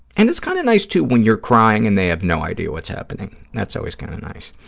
and it's kind of nice, too, when you're crying and they have no idea what's happening. that's always kind of nice.